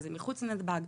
זה מחוץ לנתב"ג?